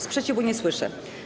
Sprzeciwu nie słyszę.